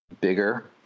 bigger